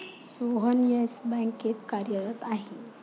Sohan Yes बँकेत कार्यरत आहे